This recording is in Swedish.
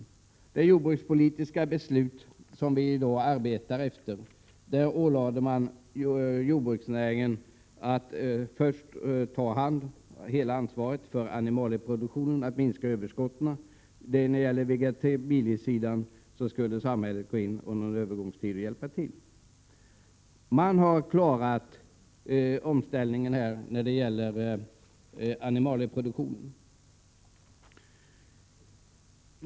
Enligt det jordbrukspolitiska beslut vi arbetar efter ålades jordbruksnäringen först att ta hela ansvaret för att minska överskottet av animalieproduktionen. På vegetabiliesidan skulle samhället gå in under en övergångstid och hjälpa till. Jordbrukarna har klarat omställningen i animalieproduktionen.